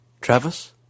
Travis